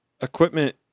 equipment